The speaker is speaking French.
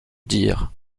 dire